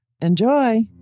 Enjoy